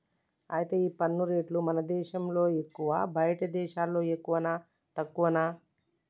అయితే ఈ పన్ను రేట్లు మన దేశంలో ఎక్కువా బయటి దేశాల్లో ఎక్కువనా తక్కువనా